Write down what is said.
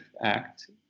act